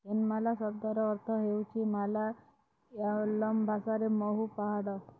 ଥେନମାଲା ଶବ୍ଦର ଅର୍ଥ ହେଉଛି ମାଲାୟାଲମ୍ ଭାଷାରେ ମହୁ ପାହାଡ଼